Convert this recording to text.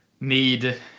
need